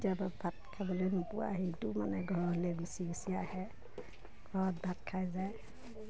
কেতিয়াবা ভাত খাবলৈ নোপোৱা সেইটো মানে ঘৰলৈ গুচি গুচি আহে ঘৰত ভাত খাই যায়